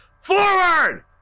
Forward